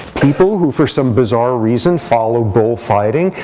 people who for some bizarre reason follow bullfighting,